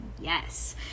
yes